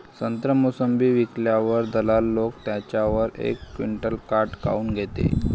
संत्रे, मोसंबी विकल्यावर दलाल लोकं त्याच्यावर एक क्विंटल काट काऊन घेते?